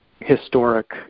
historic